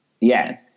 Yes